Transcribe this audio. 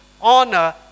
honor